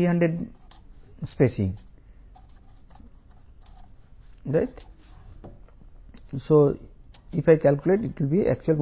angles యొక్క spacing S 2 × z' Czz 2× 124